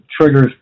triggers